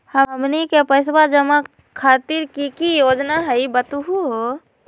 हमनी के पैसवा जमा खातीर की की योजना हई बतहु हो?